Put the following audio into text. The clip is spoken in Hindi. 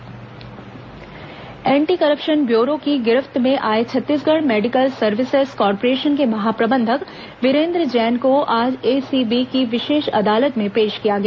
ACB remand anti corruption bureau की गिरफ्त में आए छत्तीसगढ़ मेडिकल सर्विसेस कॉर्पोरेशन के महाप्रबंधक वीरेन्द्र जैन को आज एसीबी की विशेष अदालत में पेश किया गया